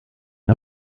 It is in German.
der